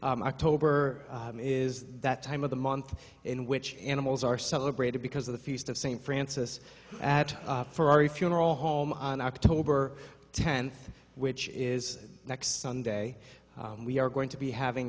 october is that time of the month in which animals are celebrated because of the feast of st francis at ferrari funeral home on october tenth which is next sunday we are going to be having